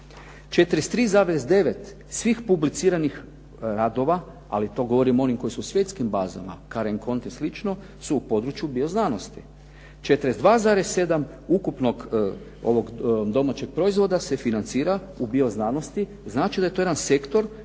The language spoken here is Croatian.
43,9 svih publiciranih radova, ali to govorim onih koji su u svjetskim bazama, Karen Conte i slično su u području bioznanosti. 42,7 ukupnog domaćeg proizvoda se financira u bioznanosti, znači da je to jedan sektor koji